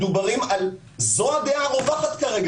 וזו הדעה הרווחת כרגע.